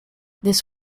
this